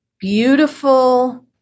beautiful